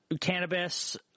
cannabis